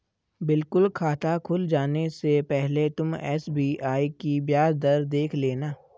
बिल्कुल खाता खुल जाने से पहले तुम एस.बी.आई की ब्याज दर देख लेना